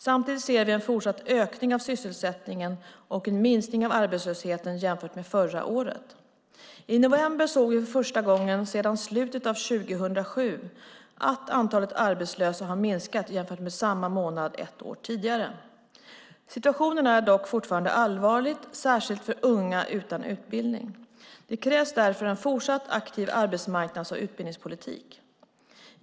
Samtidigt ser vi en fortsatt ökning av sysselsättningen och en minskning av arbetslösheten jämfört med förra året. I november såg vi för första gången sedan slutet av 2007 att antalet arbetslösa hade minskat jämfört med samma månad ett år tidigare. Situationen är dock fortfarande allvarlig, särskilt för unga utan utbildning. Det krävs därför en fortsatt aktiv arbetsmarknads och utbildningspolitik.